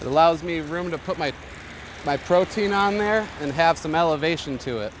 it allows me room to put my my protein on there and have some elevation to it